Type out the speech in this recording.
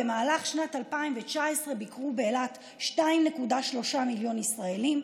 במהלך שנת 2019 ביקרו באילת 2.3 מיליון ישראלים,